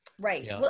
Right